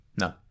no